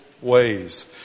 ways